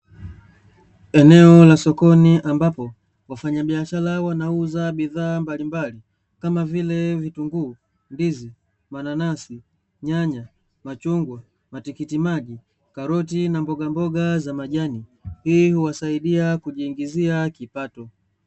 Eneo la sokoni ambapo wafanyabishara wanauza bidhaa mbalimbali kama vile: vitunguu, ndizi, mananasi, nyanya, machungwa, matikitimaji, karoti na mbogamboga za majani hii huwasaidia kujiingizia kipato.